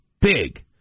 big